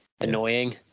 annoying